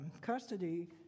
custody